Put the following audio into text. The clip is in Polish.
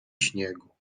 śniegu